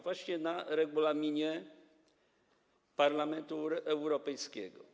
Właśnie na regulaminie Parlamentu Europejskiego.